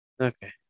Okay